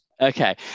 Okay